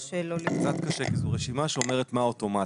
זה קצת קשה כי זו רשימה שאומרת מה אוטומטי.